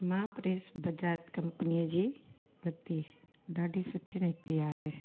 मां प्रेस बजाज कम्पनीअ जी वरती ॾाढी सुठी निकिती आहे